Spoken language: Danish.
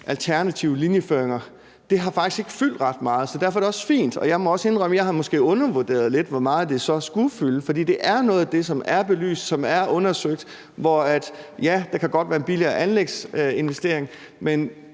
alternative linjeføringer, har faktisk ikke fyldt ret meget, så derfor er det også fint. Og jeg må også indrømme, at jeg måske har undervurderet lidt, hvor meget det så skulle fylde. For det er noget af det, som er belyst, som er undersøgt, og ja, der kan godt være en billigere anlægsinvestering, men